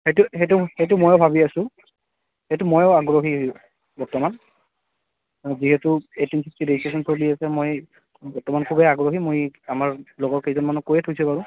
সেইটো সেইটো সেইটো ময়ো ভাবি আছোঁ সেইটো ময়ো আগ্ৰহী বৰ্তমান যিহেতু এইট্টি চিক্স ৰেজিষ্ট্ৰেশ্যন চলি আছে মই বৰ্তমান খুবেই আগ্ৰহী মই আমাৰ লগৰ কেইজনমানক কৈয়ে থৈছে বাৰু